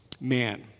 man